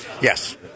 yes